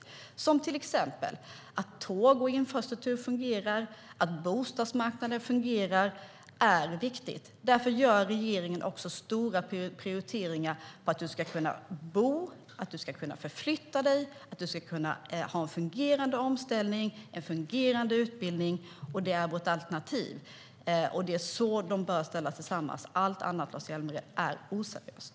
Det är till exempel viktigt att tåg och infrastruktur fungerar och att bostadsmarknaden fungerar. Därför gör regeringen stora prioriteringar för att du ska kunna bo, förflytta dig, ha en fungerande omställning och ha en fungerande utbildning. Det är vårt alternativ. Det är så de bör ställas tillsammans. Allt annat, Lars Hjälmered, är oseriöst.